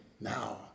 now